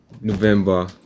November